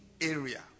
area